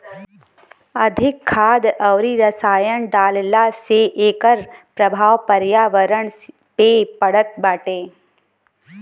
अधिका खाद अउरी रसायन डालला से एकर प्रभाव पर्यावरण पे पड़त बाटे